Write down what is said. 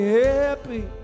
happy